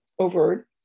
overt